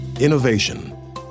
Innovation